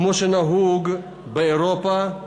כמו שנהוג באירופה.